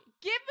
give